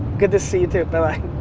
good to see you too.